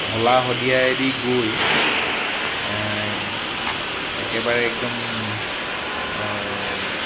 ঢলা শদিয়াইদি গৈ একেবাৰে একদম